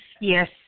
Yes